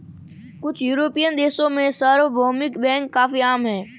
कुछ युरोपियन देशों में सार्वभौमिक बैंक काफी आम हैं